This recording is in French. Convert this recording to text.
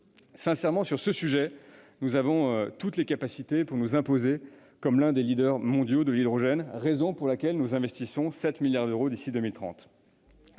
Sincèrement, sur ce sujet, nous avons toutes les capacités pour nous imposer comme l'un des leaders mondiaux de l'hydrogène, raison pour laquelle nous investirons 7 milliards d'euros d'ici à 2030.